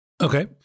Okay